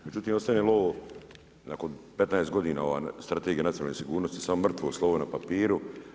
Međutim, ostaje li ovo nakon 15 godina ova Strategija nacionalne sigurnosti samo mrtvo slovo na papiru.